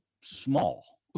small